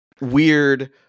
Weird